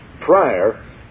prior